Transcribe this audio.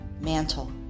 mantle